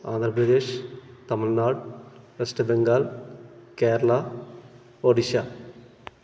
Andhra Pradesh Tamil Nadu West Bengal Kerala Odisha